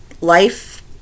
life